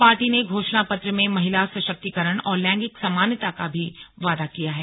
party ने घोषणा पत्र में महिला सशक्तिकरण और लैंगिक समानता का भी वादा किया है